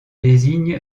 désigne